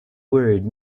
word